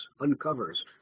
uncovers